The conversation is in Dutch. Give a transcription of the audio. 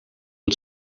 het